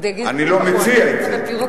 אנחנו בקואליציה, אני לא מציע את זה.